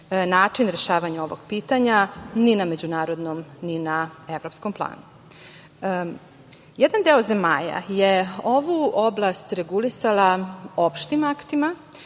način rešavanja ovog pitanja ni na međunarodnom ni na evropskom planu. Jedan deo zemalja je ovu oblast regulisalo opštim aktima